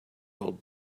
old